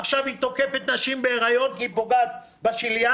עכשיו היא תוקפת נשים בהיריון כי היא פוגעת בשלייה,